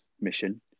mission